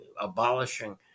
abolishing